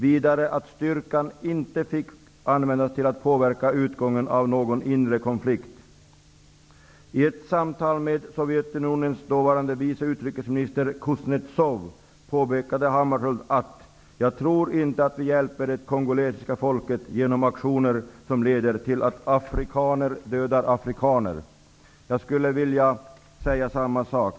Vidare sade han att styrkan inte fick användas till att påverka utgången av någon inre konflikt. I ett samtal med f.d. Sovjetunionens dåvarande vice utrikeminister Kuznetsov påpekade Hammarskjöld: Jag tror inte att vi hjälper det kongolesiska folket genom aktioner som leder till att afrikaner dödar afrikaner. Jag skulle vilja säga samma sak.